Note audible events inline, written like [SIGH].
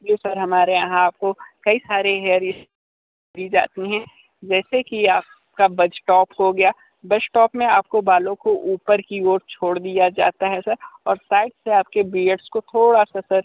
जी sir हमारे यहां आपको कई सारे हेअर [UNINTELLIGIBLE] दी जाती हैं जैसे कि आपका बज़ टॉप हो गया बज़ टॉप में आपको बालों को ऊपर की ओर छोड़ दिया जाता है सर और साइड से आपके बियर्डज़ को थोड़ा सा सर